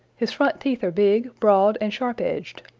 his front teeth are big, broad and sharp-edged.